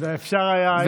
אם אפשר היה,